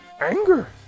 anger